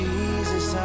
Jesus